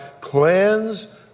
cleanse